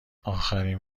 آخرین